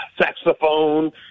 Saxophone